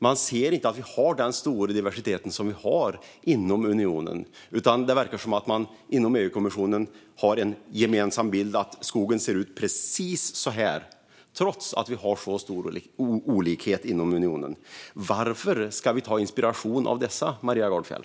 Man ser inte att det råder en så stor diversitet inom unionen, utan det verkar som att man inom EU-kommissionen har en gemensam bild av att skogen ser ut precis så här, trots att det är så stora olikheter inom unionen. Varför ska vi ta inspiration av dessa, Maria Gardfjell?